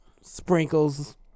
Sprinkles